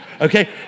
Okay